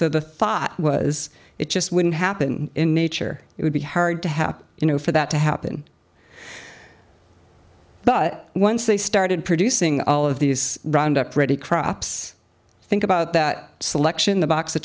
so the thought was it just wouldn't happen in nature it would be hard to happen you know for that to happen but once they started producing all of these roundup ready crops think about that selection the box of